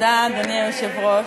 אדוני היושב-ראש,